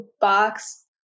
box